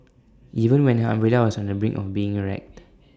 even when her umbrella was on the brink of being wrecked